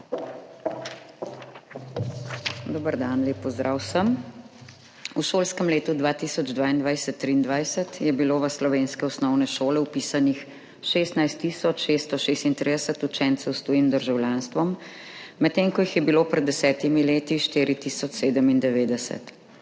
Dober dan. Lep pozdrav vsem. V šolskem letu 2022/2023 je bilo v slovenske osnovne šole vpisanih 16 tisoč 636 učencev s tujim državljanstvom, medtem ko jih je bilo pred 10 leti 4